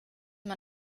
man